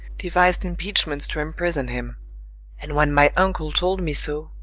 devis'd impeachments to imprison him and when my uncle told me so,